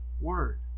word